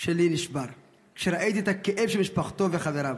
שלי נשבר כשראיתי את הכאב של משפחתו וחבריו.